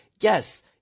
Yes